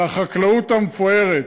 על החקלאות המפוארת,